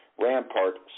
Rampart